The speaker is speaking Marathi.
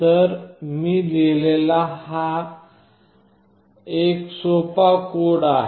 तर मी लिहिलेला हा एक सोपा कोड आहे